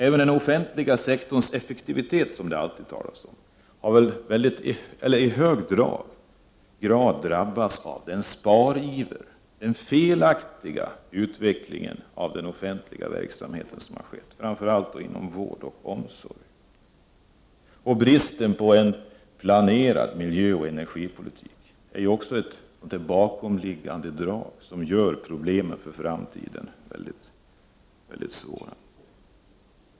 Även den offentliga sektorns effektivitet, som det alltid talas om, har väl i hög grad drabbats av sparivern, av den felaktiga utvecklingen i den offentliga verksamheten, framför allt inom vård och omsorg. Bristen på en planerad miljöoch energipolitik är också ett bakomliggande drag som gör problemen för framtiden mycket svåra.